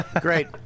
Great